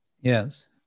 Yes